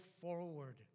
forward